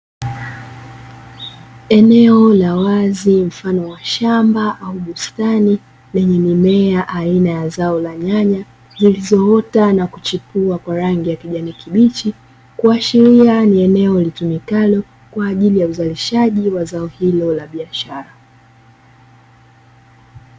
Eneo la wazi mfano wa shamba au bustani, lenye mimea aina ya zao la nyanya zilizoota na kuchipua kwa rangi ya kijani kibichi, kuashiria ni eneo litumikalo kwa ajili ya uzalishaji wa zao hilo la biashara.